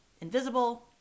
invisible